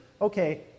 Okay